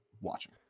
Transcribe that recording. watching